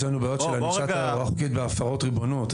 יש לנו בעיות של ענישה בהפרות ריבונות.